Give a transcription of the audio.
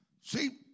See